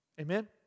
Amen